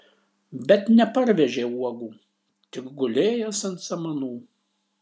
bet neparvežė uogų tik gulėjęs ant samanų